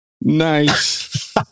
Nice